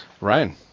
ryan